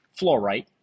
fluorite